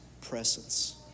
presence